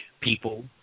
people